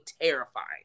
terrifying